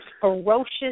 ferocious